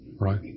Right